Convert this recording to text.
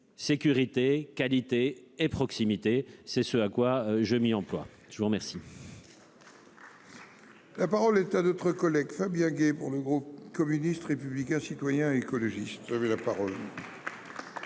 sécurité qualité et proximité. C'est ce à quoi je m'y emploie. Je vous remercie. La parole est à d'autres collègues Fabien Gay pour le groupe communiste, républicain, citoyen et écologiste avait la parole.